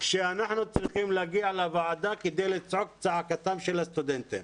שאנחנו צריכים להגיע לוועדה כדי לצעוק את צעקתם של הסטודנטים.